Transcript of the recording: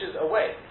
away